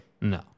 No